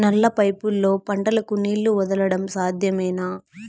నల్ల పైపుల్లో పంటలకు నీళ్లు వదలడం సాధ్యమేనా?